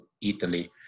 Italy